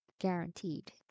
guaranteed